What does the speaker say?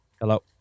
Hello